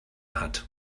hat